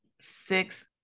six